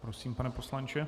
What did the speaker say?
Prosím, pane poslanče.